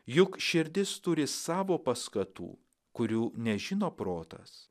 juk širdis turi savo paskatų kurių nežino protas